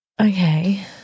Okay